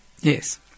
Yes